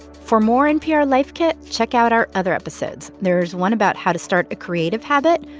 for more npr life kit, check out our other episodes. there's one about how to start a creative habit,